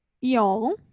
y'all